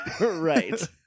Right